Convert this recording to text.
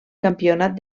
campionat